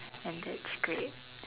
and that's great